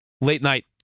late-night